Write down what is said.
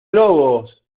globos